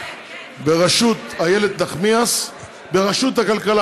בראשות ועדת הכלכלה,